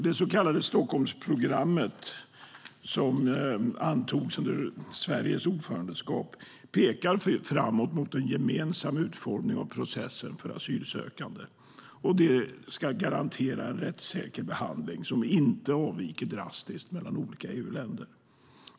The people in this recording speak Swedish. Det så kallade Stockholmsprogrammet, som antogs under Sveriges ordförandeskap, pekar framåt mot en gemensam utformning av processen för asylsökande, och det ska garantera en rättssäker behandling som inte avviker drastiskt mellan olika EU-länder.